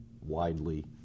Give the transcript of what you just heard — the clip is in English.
widely